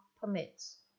permits